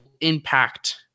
impact